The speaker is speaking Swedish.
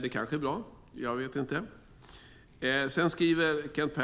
Det kanske är bra, inte vet jag. I Vänsterpartiets särskilda yttrande skriver Kent